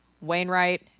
Wainwright